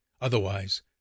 Otherwise